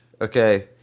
Okay